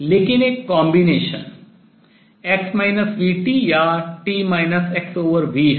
लेकिन एक combination संयोजन x vt या t xv है